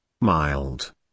mild